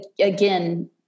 again